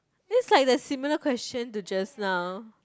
this like the similar question to just now